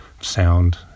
sound